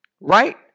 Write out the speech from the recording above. right